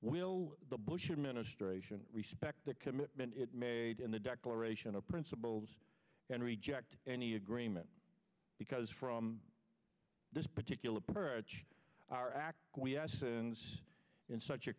will the bush administration respect the commitment it made in the declaration of principles and reject any agreement because from this particular perch our acquiescence in such a